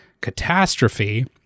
catastrophe